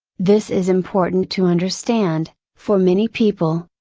this is important to understand, for many people,